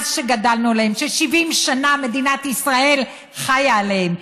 ש-70 שנה מדינת ישראל חיה עליהם.